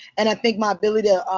and i think my ability